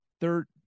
third